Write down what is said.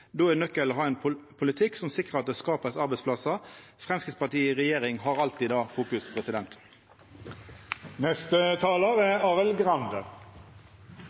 Då er nøkkelen å ha ein politikk som sikrar at ein skapar arbeidsplassar. Framstegspartiet i regjering har alltid